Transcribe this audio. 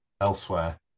elsewhere